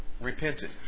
Repented